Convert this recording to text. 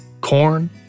Corn